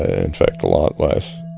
ah in fact, a lot less.